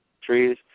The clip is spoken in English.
trees